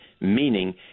meaning